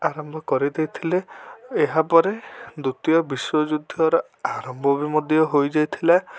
ଆରମ୍ଭ କରିଦେଇଥିଲେ ଏହାପରେ ଦ୍ୱିତୀୟ ବିଶ୍ଵଯୁଦ୍ଧର ଆରମ୍ଭ ବି ମଧ୍ୟ ହୋଇଯାଇଥିଲା